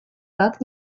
как